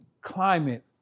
climate